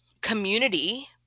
community